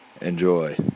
Enjoy